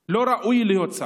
לא ראוי להיות שר.